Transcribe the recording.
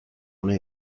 una